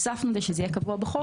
הוספנו את זה כדי שזה יהיה קבוע בחוק,